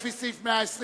לפי סעיף 121,